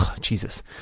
Jesus